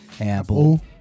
Apple